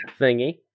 thingy